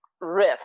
riff